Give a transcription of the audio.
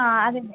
ആ അതുതന്നെ